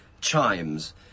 Chimes